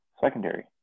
secondary